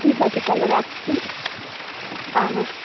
ঠিক আছে তাহলে রাখছি হ্যাঁ হ্যাঁ